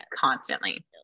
constantly